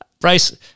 Bryce